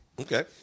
Okay